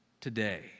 today